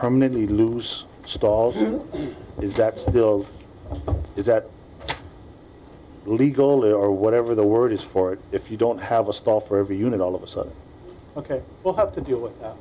permanently lose stalls is that still is that legally or whatever the word is for it if you don't have a stall for every unit all of a sudden ok we'll have to deal with